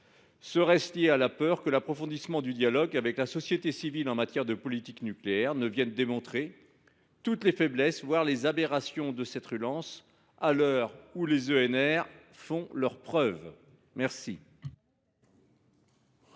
Serait ce lié à la peur que l’approfondissement du dialogue avec la société civile en matière de politique nucléaire ne vienne démontrer toutes les faiblesses, voire les aberrations de cette relance, à l’heure où les énergies renouvelables